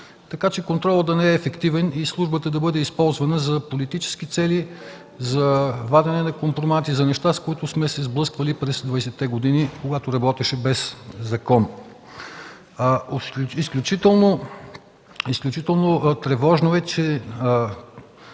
така че контролът да не е ефективен и службата да бъде използвана за политически цели – за вадене на компромати, за неща, с които сме се сблъсквали през 20-те години, когато се работеше без закон. Изключително тревожно е това,